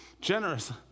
generous